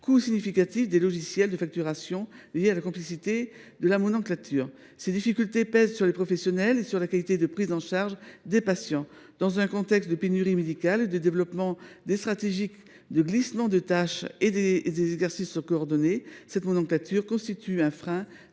coût significatif des logiciels de facturation liés à la complexité de la nomenclature. Ces difficultés pèsent sur les professionnels et sur la qualité de la prise en charge des patients. Dans un contexte de pénurie médicale ainsi que de développement des stratégies de glissement de tâches et de l’exercice coordonné, cette nomenclature constitue un frein